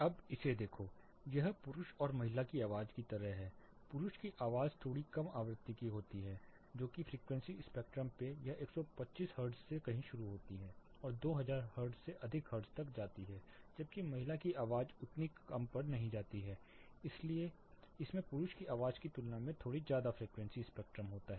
अब इसे देखो यह पुरुष और महिला की आवाज की तरह है पुरुष की आवाज थोड़ी कम आवृत्ति की होती है जो कि फ्रीक्वेंसी स्पेक्ट्रम पे यह 125 हर्ट्ज से कहीं शुरू होती है और 2000 से अधिक हर्ट्ज तक जाती है जबकि महिला की आवाज उतनी कम पर नहीं जाती है लेकिन इसमें पुरुष की आवाज की तुलना में थोड़ी ज्यादा फ्रीक्वेंसी स्पेक्ट्रम होता है